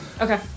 Okay